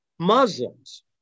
muslims